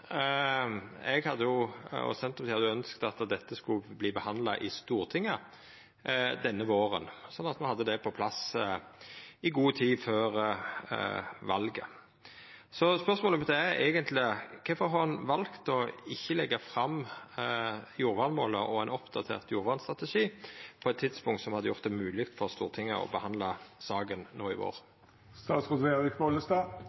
Eg, og Senterpartiet, hadde ønskt at dette skulle verta behandla i Stortinget denne våren, sånn at me hadde det på plass i god tid før valet. Så spørsmålet mitt er eigentleg: Kvifor har ein valt å ikkje leggja fram jordvernmålet og ein oppdatert jordvernstrategi på eit tidspunkt som hadde gjort det mogleg for Stortinget å behandla saka no i vår? For det første synes jeg det kjempebra at jeg og Pollestad